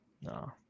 No